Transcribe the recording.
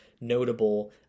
notable